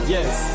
Yes